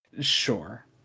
Sure